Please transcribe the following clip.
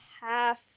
half